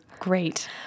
Great